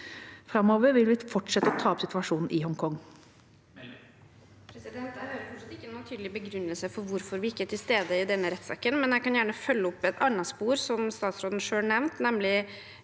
Framover vil vi fortsette å ta opp situasjonen i Hongkong.